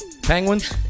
Penguins